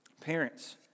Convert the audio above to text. Parents